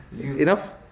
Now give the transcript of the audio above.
Enough